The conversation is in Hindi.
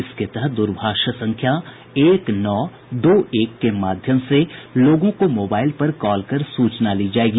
इसके तहत दूरभाष संख्या एक नौ दो एक के माध्यम से लोगों को मोबाईल पर कॉल कर सूचना ली जायेगी